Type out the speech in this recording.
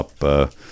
up